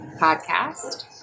Podcast